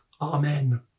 Amen